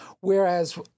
Whereas